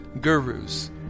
gurus